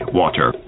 water